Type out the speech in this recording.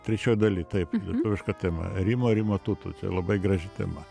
trečioj daly taip lietuvišką temą rimo rimo tuto čia labai graži tema